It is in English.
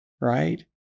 right